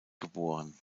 geboren